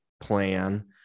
plan